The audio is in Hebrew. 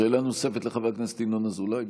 שאלה נוספת, לחבר הכנסת ינון אזולאי.